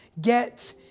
get